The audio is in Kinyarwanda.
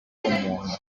umuntu